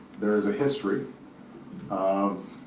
there is a history of